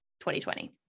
2020